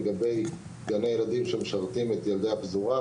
לגבי גני הילדים שמשרתים את ילדי הפזורה,